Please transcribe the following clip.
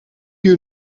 you